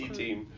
team